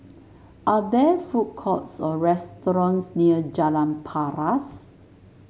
are there food courts or restaurants near Jalan Paras